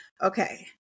okay